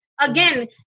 Again